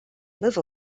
live